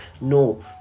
No